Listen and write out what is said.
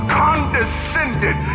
condescended